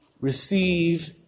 receive